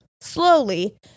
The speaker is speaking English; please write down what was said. slowly